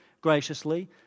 graciously